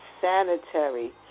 sanitary